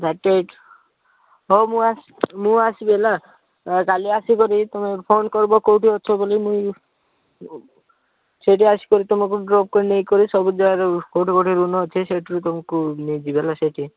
ହଉ ମୁଁ ଆସ ମୁଁ ଆସିବି ହେଲା କାଲି ଆସିକରି ତୁମେ ଫୋନ୍ କରିବ କେଉଁଠି ଅଛ ବୋଲି ମୁଇଁ ସେଇଠି ଆସି କରି ତୁମକୁ ଡ୍ରପ କରି ନେଇକରି ସବୁ ଜାଗାରୁ କେଉଁଠି କେଉଁଠି ଋଣ ଅଛି ସେଇଠି ରୁ ତୁମକୁ ନେଇଯିବି ହେଲା ସେଇଟି